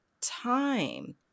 time